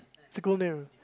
it's a cool name